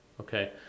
okay